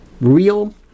real